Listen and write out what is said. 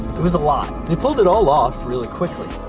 it was a lot. they pulled it all off really quickly.